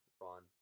run